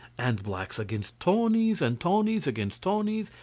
and blacks against tawnies, and tawnies against tawnies,